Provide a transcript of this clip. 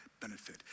benefit